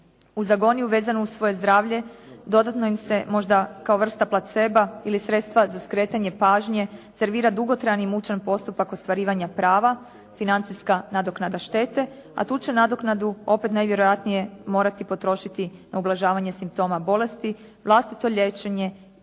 Uz agoniju vezanu uz svoje zdravlje dodatno im se možda kao vrsta placeba ili sredstva za skretanje pažnje servira dugotrajan i mučan postupak ostvarivanja prava financijska nadoknada štete, a tu će nadoknadu opet najvjerojatnije morati potrošiti na ublažavanje simptoma bolesti, vlastito liječenje